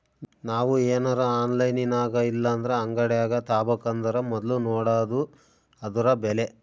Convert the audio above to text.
ನಾವು ಏನರ ಆನ್ಲೈನಿನಾಗಇಲ್ಲಂದ್ರ ಅಂಗಡ್ಯಾಗ ತಾಬಕಂದರ ಮೊದ್ಲು ನೋಡಾದು ಅದುರ ಬೆಲೆ